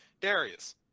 Darius